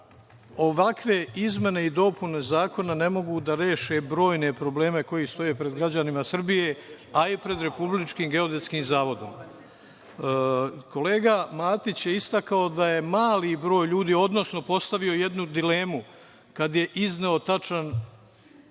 ovakve izmene i dopune zakona ne mogu da reše brojne probleme koji stoje pred građanima Srbije, a i pred Republičkim geodetskim zavodom. Kolega Matić je istakao da je mali broj ljudi postavio jednu dilemu kada je izneo tačan